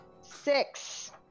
Six